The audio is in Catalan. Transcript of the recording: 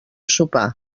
sopar